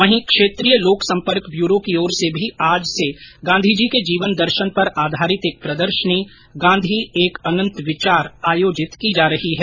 वहीं क्षेत्रीय लोक संपर्क ब्यूरो की ओर से भी आज से गांधी जी के जीवन दर्शन पर आधारित एक प्रदर्शनी गांधी एक अंनत विचार आयोजित की जा रही है